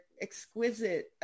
exquisite